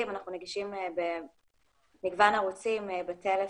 ואנחנו נגישים במגוון ערוצים בטלפון,